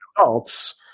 adults